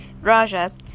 Raja